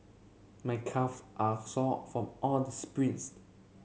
my calves are sore from all the sprints